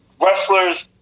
wrestlers